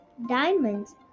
diamonds